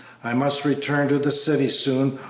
i must return to the city soon,